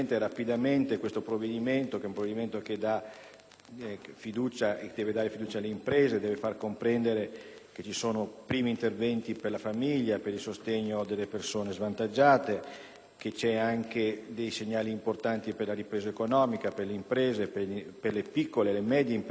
che dà e deve dare fiducia alle imprese e far comprendere che vi sono dei primi interventi per la famiglia e per il sostegno delle persone svantaggiate, nonché segnali importanti per la ripresa economica, per le piccole e medie imprese, il vero tessuto portante del nostro Paese, in